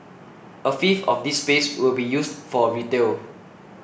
a fifth of this space will be used for retail